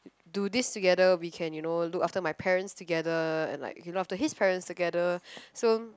do this together we can you know look after my parents together and like look after his parents together so